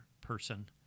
person